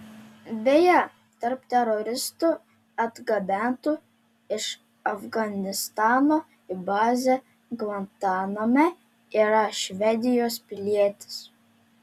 beje tarp teroristų atgabentų iš afganistano į bazę gvantaname yra švedijos pilietis